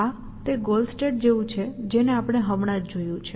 આ તે goal state જેવું છે કે જેને આપણે હમણાં જ જોયું છે